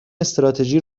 استراتژی